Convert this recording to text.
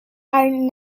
are